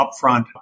upfront